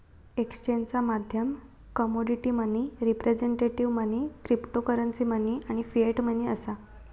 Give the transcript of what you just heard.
एक्सचेंजचा माध्यम commodity money, representative money, cryptocurrency आणि फिएट मनी असा